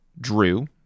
drew